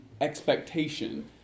expectation